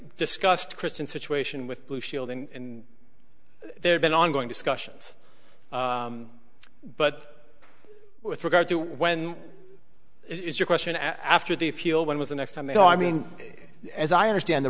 discussed kristen situation with blue shield and they have been ongoing discussions but with regard to when is your question after the appeal when was the next time they go i mean as i understand the